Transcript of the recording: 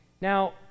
Now